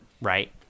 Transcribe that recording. right